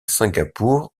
singapour